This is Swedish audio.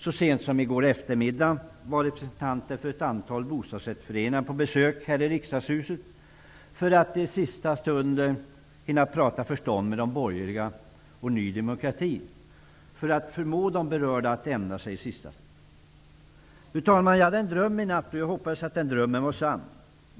Så sent som i går eftermiddag var representanter för ett antal bostadsrättsföreningar på besök här i Riksdagshuset för att hinna prata förstånd med de borgerliga och Ny demokrati för att förmå berörda att ändra sig i sista stund. Fru talman! Jag hade en dröm i natt, och jag hade hoppats att den drömmen var sann.